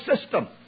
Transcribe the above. system